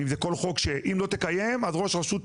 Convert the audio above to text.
ואם זה כל חוק שאם לא תקיים ראש הרשות פלילי.